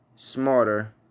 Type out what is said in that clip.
Smarter